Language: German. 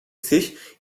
sich